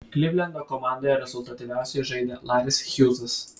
klivlendo komandoje rezultatyviausiai žaidė laris hjūzas